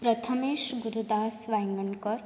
Prathamesh Gurudas Vaingankar